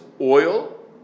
oil